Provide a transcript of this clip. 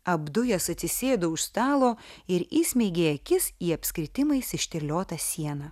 apdujęs atsisėdo už stalo ir įsmeigė akis į apskritimais išterliotą sieną